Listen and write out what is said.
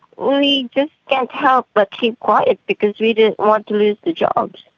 we just can't help but keep quiet because we didn't want to lose the jobs.